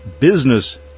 Business